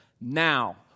Now